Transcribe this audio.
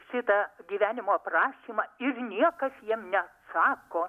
šitą gyvenimo aprašymą ir niekas jiem neatsako